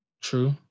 True